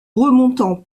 remontant